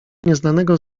nieznanego